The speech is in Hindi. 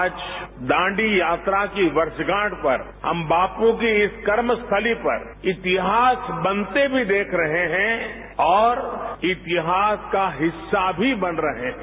आज दांडी यात्रा की वर्षगांठ पर हम बापू की इस कर्मस्थली पर इतिहास बनते भी देख रहे हैं और इतिहास का हिस्सा भी बन रहे हैं